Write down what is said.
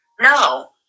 No